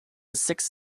six